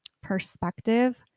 perspective